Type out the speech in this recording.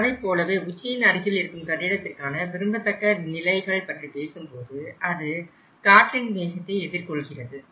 அதைப்போலவே உச்சியின் அருகில் இருக்கும் கட்டிடத்திற்கான விரும்பத்தக்க நிலைகள் பற்றி பேசும்போது அது காற்றின் வேகத்தை எதிர்கொள்கிறது